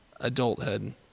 adulthood